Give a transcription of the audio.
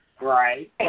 Right